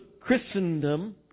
Christendom